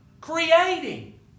creating